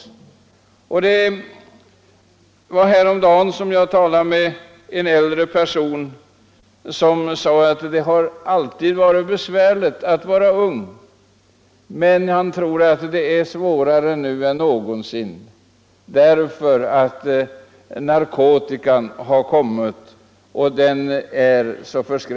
Häromdagen sade en äldre person att det alltid har varit besvärligt att vara ung men att det är svårare nu än någonsin därför att det nu kommit in narkotika i sam hället.